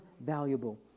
valuable